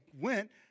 went